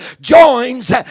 joins